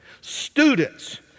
Students